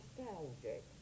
nostalgic